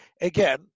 again